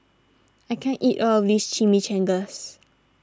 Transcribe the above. I can't eat all of this Chimichangas